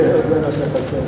זה מה שחסר לי.